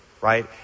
right